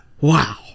Wow